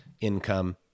income